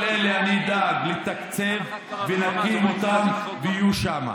כל אלה אני אדאג לתקצב ונקים אותם ויהיו שם.